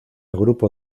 grupo